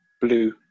blue